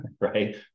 Right